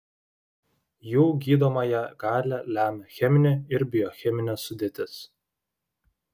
jų gydomąją galią lemia cheminė ir biocheminė sudėtis